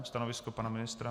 Stanovisko pana ministra?